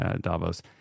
Davos